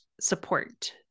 support